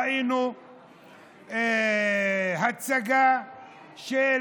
ראינו הצגה של